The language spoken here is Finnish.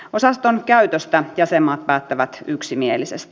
osaston käytöstä jäsenmaat päättävät yksimielisesti